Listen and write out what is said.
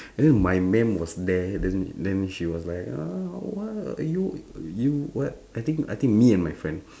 and then my maam was there then then she was like ah !wow! are you you what I think I think me and my friend